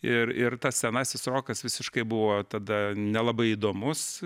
ir ir tas senasis rokas visiškai buvo tada nelabai įdomus